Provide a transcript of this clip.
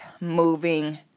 moving